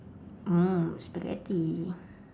mm spaghetti